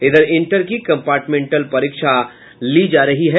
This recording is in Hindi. इधर इंटर की कम्पार्टमेंटल परीक्षा ली जा रही है